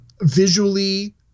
visually